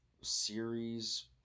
series